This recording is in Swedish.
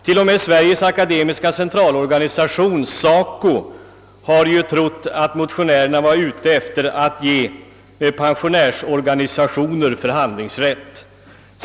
T.o.m. Sve riges akademikers centralorganisation har trott att motionärerna varit ute efter att ge pensionärsorganisationer förhandlingsrätt.